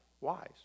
wise